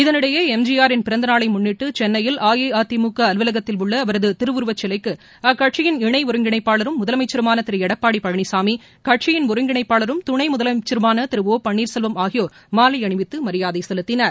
இதனிடையே M G ஆரின் பிறந்தநாளை முன்னிட்டு சென்னையில் அஇஅதிமுக அலுவலகத்தில் உள்ள அவரது திருவுருவச் சிலைக்கு அக்கட்சியின் இணை ஒருங்கிணைப்பாளரும் முதலமைச்சருமான திரு எடப்பாடி பழனிசாமி கட்சியின் ஒருங்கிணைப்பாளரும் துணை முதலமைச்சருமான திரு ஒ பன்னீர்செல்வம் ஆகியோர் மாலை அணிவித்து மரியாதை செலுத்தினர்